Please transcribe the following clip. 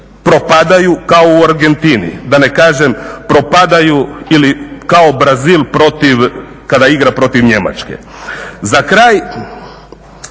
propadaju kao u Argentini, da ne kažem propadaju ili kao Brazil protiv, kada igra protiv Njemačke. Za kraj.